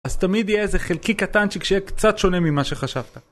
אז תמיד יהיה איזה חלקי קטן שקשיר קצת שונה ממה שחשבת